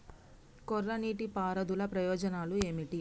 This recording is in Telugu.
కోరా నీటి పారుదల ప్రయోజనాలు ఏమిటి?